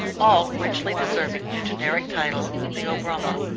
all richly deserving the generic title theobroma,